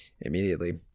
immediately